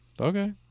Okay